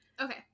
Okay